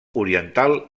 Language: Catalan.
oriental